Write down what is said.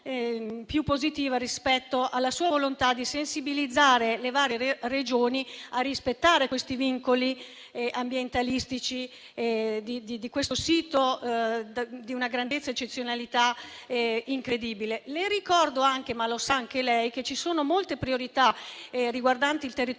positiva rispetto alla sua volontà di sensibilizzare le varie Regioni a rispettare i vincoli ambientalistici di questo sito che è di una grandezza ed eccezionalità incredibile. Ricordo anche, ma lo sa anche lei, che ci sono molte priorità riguardanti il territorio